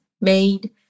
made